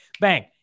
bang